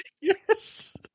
Yes